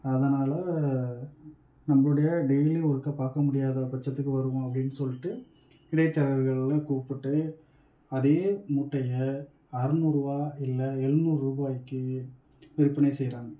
அதனால் நம்முளுடைய டெய்லி ஒர்க்கை பார்க்க முடியாத பட்சதுக்கு வருவோம் அப்படின் சொல்லிட்டு இடைத்தரகர்களெலாம் கூப்பிட்டு அதே மூட்டையை அறநூறுரூவா இல்லை எழ்நூறுரூபாய்க்கு விற்பனை செய்கிறாங்க